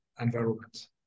environment